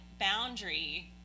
boundary